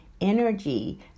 energy